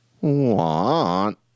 want